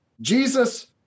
Jesus